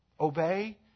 Obey